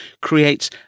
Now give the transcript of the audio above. creates